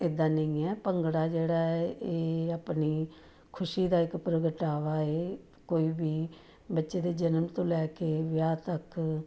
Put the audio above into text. ਇੱਦਾਂ ਨਹੀਂ ਹੈ ਭੰਗੜਾ ਜਿਹੜਾ ਇਹ ਆਪਣੀ ਖੁਸ਼ੀ ਦਾ ਇੱਕ ਪ੍ਰਗਟਾਵਾ ਹੈ ਕੋਈ ਵੀ ਬੱਚੇ ਦੇ ਜਨਮ ਤੋਂ ਲੈ ਕੇ ਵਿਆਹ ਤੱਕ